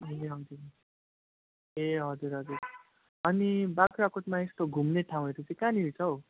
ए हजुर ए हजुर हजुर अनि बाख्राकोटमा यस्तो घुम्ने ठाउँहरू चाहिँ कहाँनिर छ हौ